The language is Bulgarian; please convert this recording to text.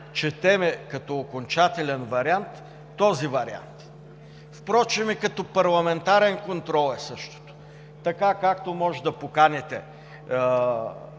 четем като окончателен вариант този вариант. Впрочем и като парламентарен контрол е същото. Така, както може да поканите